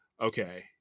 okay